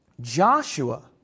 Joshua